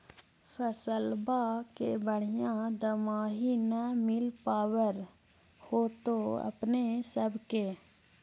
फसलबा के बढ़िया दमाहि न मिल पाबर होतो अपने सब के?